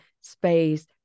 space